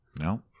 No